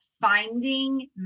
finding